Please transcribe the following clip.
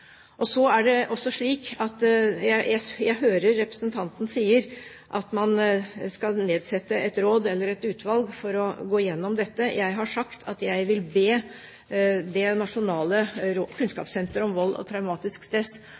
Jeg hører representanten sier at man skal nedsette et utvalg for å gå gjennom dette. Jeg har sagt at jeg vil be Nasjonalt kunnskapssenter om vold og traumatisk stress